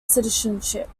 citizenship